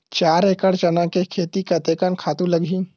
चार एकड़ चना के खेती कतेकन खातु लगही?